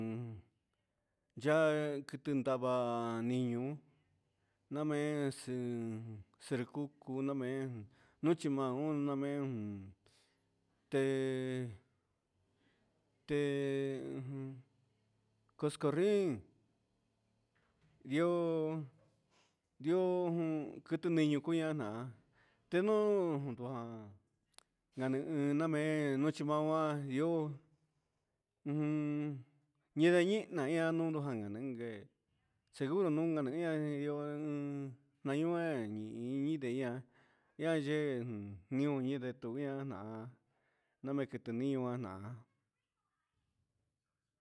yaa tuiti ndava niñu namee sii ricu cuu namee cuu chi maun namee quee quee ujun cosacorin ndioo ndioo quiti niñu cui naa te noo vaha nanihin namee cuchicuaha nuun ujun ñinde ihna ian nuun guee seguro nuna ndoo ian een naun een yain yee ñuun ñinde tu ian ndaa ndaa quete niu naa